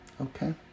okay